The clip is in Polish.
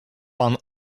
pan